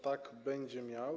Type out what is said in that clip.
Tak, będzie miał.